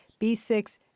B6